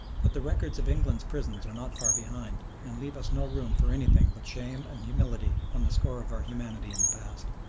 but the records of england's prisons are not far behind, and leave us no room for anything but shame and humility on the score of our humanity in the past.